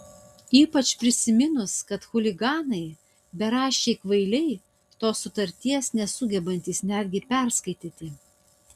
ypač prisiminus kad chuliganai beraščiai kvailiai tos sutarties nesugebantys netgi perskaityti